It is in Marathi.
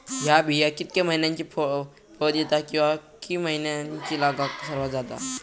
हया बिया कितक्या मैन्यानी फळ दिता कीवा की मैन्यानी लागाक सर्वात जाता?